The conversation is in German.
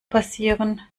passieren